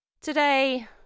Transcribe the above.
Today